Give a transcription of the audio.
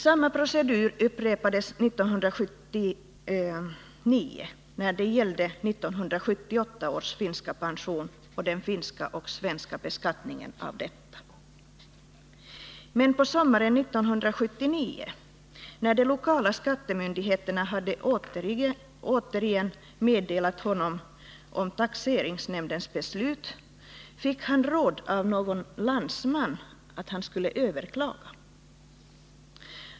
Samma procedur upprepades 1979 när det gällde 1978 års finska pension och den finska och svenska beskattningen. Men på sommaren 1979 när de lokala skattemyndigheterna återigen hade underrättat honom om taxeringsnämndens beslut fick han rådet av någon landsman att han skulle överklaga.